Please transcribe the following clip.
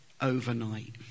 overnight